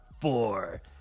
four